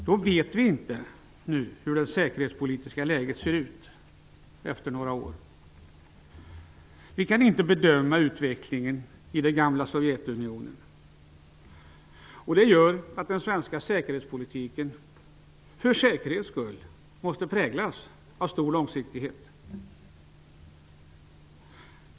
Vi vet alltså inte nu hur det säkerhetspolitiska läget kommer att se ut om några år. Vi kan exempelvis inte bedöma utvecklingen i det gamla Sovjetunionen. Detta gör att den svenska säkerhetspolitiken för säkerhets skull måste präglas av en hög grad av långsiktighet.